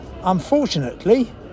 unfortunately